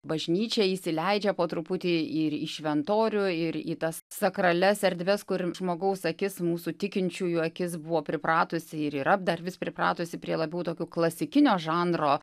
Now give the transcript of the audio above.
bažnyčia įsileidžia po truputį ir į šventorių ir į tas sakralias erdves kur žmogaus akis mūsų tikinčiųjų akis buvo pripratusi ir yra dar vis pripratusi prie labiau tokių klasikinio žanro